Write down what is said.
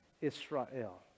Israel